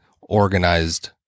organized